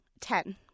Ten